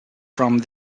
from